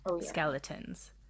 skeletons